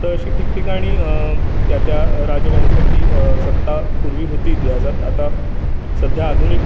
तर अशी ठिकठिकाणी त्या त्या राजवंशाची सत्ता पूर्वी होती इतिहासात आता सध्या आधुनिक